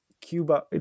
Cuba